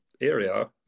area